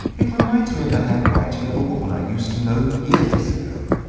it reminds me of the handwriting of a woman i used to know years ago.